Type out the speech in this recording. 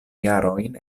jarojn